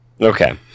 Okay